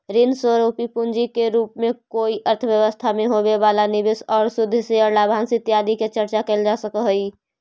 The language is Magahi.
ऋण स्वरूप पूंजी के रूप में कोई अर्थव्यवस्था में होवे वाला निवेश आउ शुद्ध शेयर लाभांश इत्यादि के चर्चा कैल जा सकऽ हई